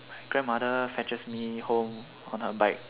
grandmother fetches me home on her bike